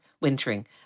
wintering